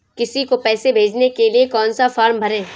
किसी को पैसे भेजने के लिए कौन सा फॉर्म भरें?